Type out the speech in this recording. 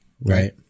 right